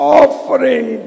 offering